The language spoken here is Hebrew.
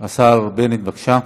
השר בנט, בבקשה.